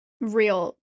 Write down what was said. real